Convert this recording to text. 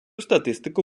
статистику